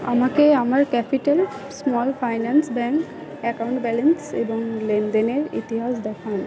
আমাকে আমার capital small finance bank account balance এবং লেনদেনের ইতিহাস দেখান